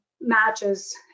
matches